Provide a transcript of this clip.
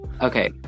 Okay